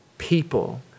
People